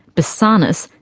basarnas,